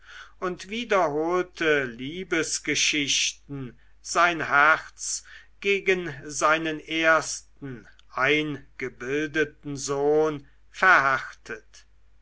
und wiederholte liebesgeschichten sein herz gegen seinen ersten eingebildeten sohn verhärtet